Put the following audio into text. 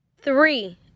Three